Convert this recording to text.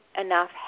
enough